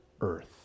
earth